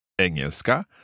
Engelska